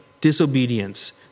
disobedience